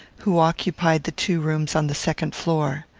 who occupied the two rooms on the second floor.